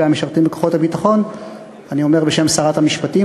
המשרתים בכוחות הביטחון אני אומר בשם שרת המשפטים,